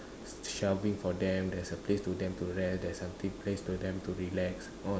shelving for them there is a place for them to rest a place for them to relax